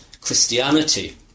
Christianity